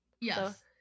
yes